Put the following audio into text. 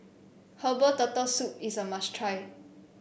Herbal Turtle Soup is a must try